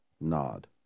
nod